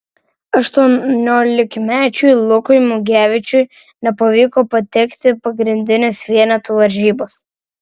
aštuoniolikmečiui lukui mugevičiui nepavyko patekti pagrindines vienetų varžybas